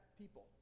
people